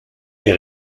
est